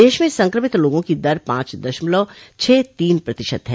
देश में संक्रमित लोगों की दर पांच दशमलव छह तीन प्रतिशत है